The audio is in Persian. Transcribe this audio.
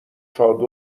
چادر